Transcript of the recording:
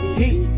heat